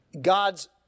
God's